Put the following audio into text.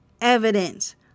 evidence